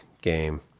game